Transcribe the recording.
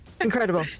Incredible